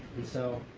and so,